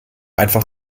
einfach